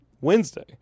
Wednesday